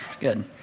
Good